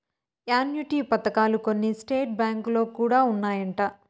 annuity పథకాలు కొన్ని state బ్యాంకులో కూడా ఉన్నాయంట